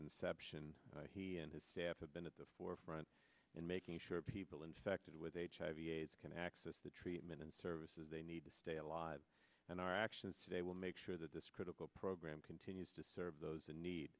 inception he and his staff have been at the forefront in making sure people infected with hiv aids can access the treatment and services they need to stay alive and our actions today will make sure that this critical program continues to serve those in need